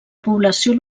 població